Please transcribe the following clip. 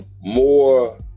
more